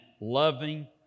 loving